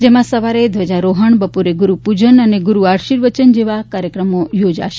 જેમાં સવારે ધ્વજરોહણ બપોરે ગુરુપૂજન અને ગુરુ આશીર્વચન જેવા કાર્યક્રમો યોજાશે